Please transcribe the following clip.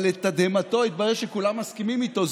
אבל לתדהמתו התברר שכולם מסכימים איתו.